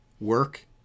work